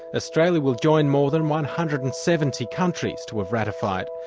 australia will join more than one hundred and seventy countries to have ratified.